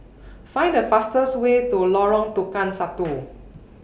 Find The fastest Way to Lorong Tukang Satu